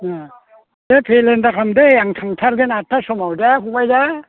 औ दे फेलें दाखालाम दै आं थांथारगोन आदथा समाव दे फंबाइ दे